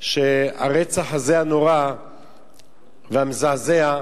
שהרצח הזה, הנורא והמזעזע,